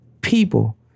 people